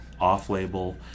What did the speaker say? off-label